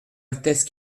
altesse